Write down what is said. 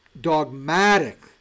dogmatic